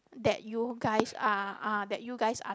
that you guys are are that you guys are